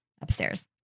upstairs